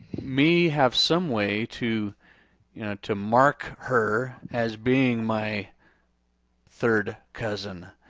me have some way to to mark her as being my third cousin,